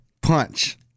punch